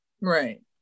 Right